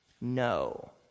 no